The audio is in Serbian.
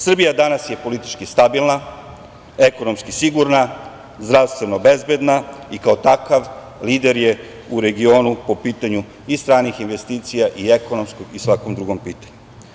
Srbija je danas politički stabilna, ekonomski sigurna, zdravstveno bezbedna i kao takav lider je u regionu po pitanju i stranih investicija i ekonomskom i svakom drugom pitanju.